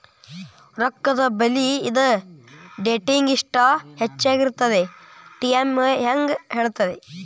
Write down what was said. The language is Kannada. ರೊಕ್ಕದ ಬೆಲಿ ಇದ ಡೇಟಿಂಗಿ ಇಷ್ಟ ಹೆಚ್ಚಾಗಿರತ್ತಂತ ಟಿ.ವಿ.ಎಂ ಹೆಂಗ ಹೇಳ್ತದ